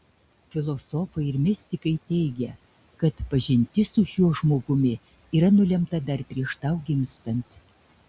filosofai ir mistikai teigia kad pažintis su šiuo žmogumi yra nulemta dar prieš tau gimstant